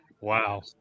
Wow